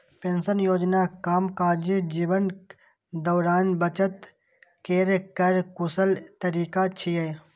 pension योजना कामकाजी जीवनक दौरान बचत केर कर कुशल तरीका छियै